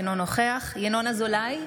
אינו נוכח ינון אזולאי,